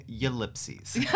Ellipses